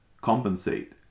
compensate